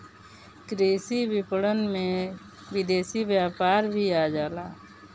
कृषि विपणन में विदेशी व्यापार भी आ जाला